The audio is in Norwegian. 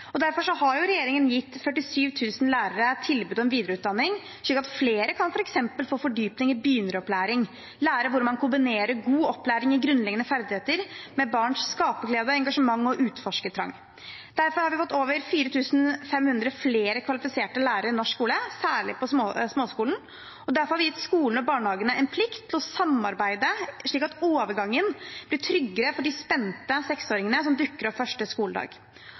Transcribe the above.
Derfor har regjeringen gitt 47 000 lærere tilbud om videreutdanning, slik at flere kan få f.eks. fordypning i begynneropplæring og lære hvordan man kombinerer god opplæring i grunnleggende ferdigheter med barns skaperglede, engasjement og utforskertrang. Derfor har vi fått over 4 500 flere kvalifiserte lærere i norsk skole, særlig på småskolen, og derfor har vi gitt skolene og barnehagene en plikt til å samarbeide, slik at overgangen blir tryggere for de spente seksåringene som dukker opp første skoledag.